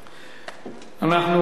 6287,